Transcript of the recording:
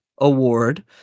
award